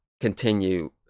continue